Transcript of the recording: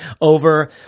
over